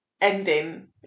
ending